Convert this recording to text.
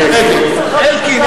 נגד אלקין,